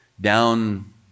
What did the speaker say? down